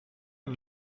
and